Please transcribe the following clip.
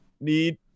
need